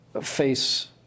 face